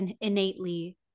innately